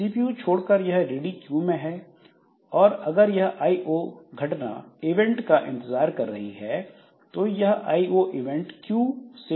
CPU छोड़कर यह ready queue में है और अगर यह आईओ घटना इवेंटevent का इंतजार कर रही है तो यह IO event queue IO event queue से भी जुड़ जाएगी